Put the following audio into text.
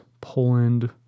Poland